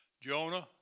Jonah